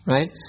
Right